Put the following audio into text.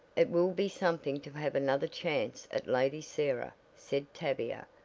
it will be something to have another chance at lady sarah, said tavia,